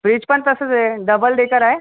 fridge पण तसंच आहे डबल डेकर आहे